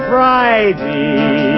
Friday